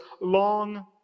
long